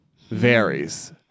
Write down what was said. Varies